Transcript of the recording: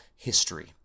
History